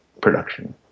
production